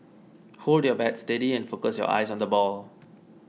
hold your bat steady and focus your eyes on the ball